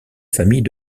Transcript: famille